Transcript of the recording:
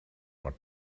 what